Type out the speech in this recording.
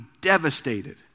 devastated